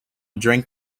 drink